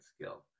skill